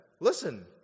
Listen